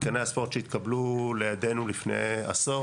מתקני הספורט שהתקבלו לידנו לפני עשור